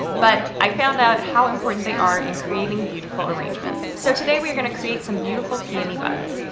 but i found out how important they are in creating beautiful arrangements. so today we are going to create some beautiful peony buds.